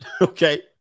okay